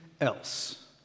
else